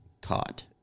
caught